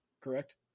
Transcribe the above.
Correct